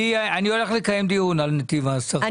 אני הולך לקיים דיון על נתיב העשרה.